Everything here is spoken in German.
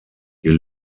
ihr